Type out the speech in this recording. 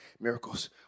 miracles